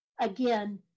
again